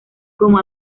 como